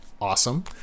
Awesome